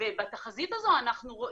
ובתחזית הזו אנחנו רואים,